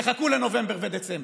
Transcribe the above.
תחכו לנובמבר ודצמבר.